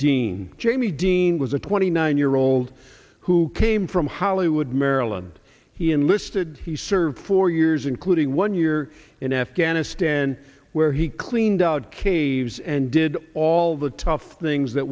dean jamie dean was a twenty nine year old who came from hollywood maryland he enlisted he served four years including one year in f gana stan where he cleaned out caves and did all the tough things that